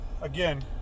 again